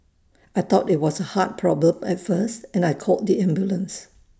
I thought IT was A heart problem at first and I called the ambulance